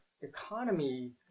economy